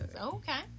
Okay